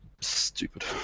stupid